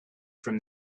from